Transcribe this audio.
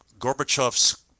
Gorbachev's